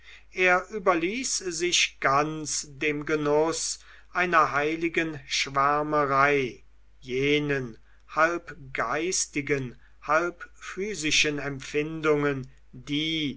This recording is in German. er überließ sich ganz dem genuß einer heiligen schwärmerei jenen halb geistigen halb physischen empfindungen die